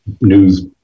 news